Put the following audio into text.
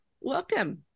Welcome